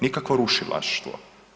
Nikakvo rušilaštvo.